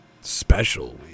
Special